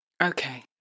Okay